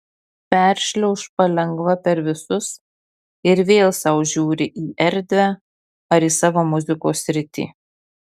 peršliauš palengva per visus ir vėl sau žiūri į erdvę ar į savo muzikos sritį